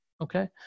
okay